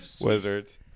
Wizards